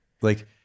Like-